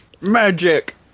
Magic